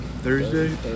Thursday